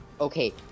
Okay